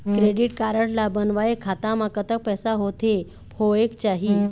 Credit card ला बनवाए खाता मा कतक पैसा होथे होएक चाही?